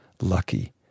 lucky